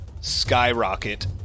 skyrocket